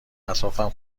اطرافم